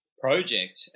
project